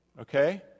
Okay